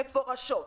מפורשות,